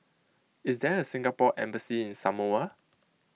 is there a Singapore Embassy in Samoa